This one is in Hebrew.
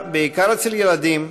הבא, הצעות לסדר-היום בנושא: